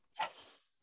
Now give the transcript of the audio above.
Yes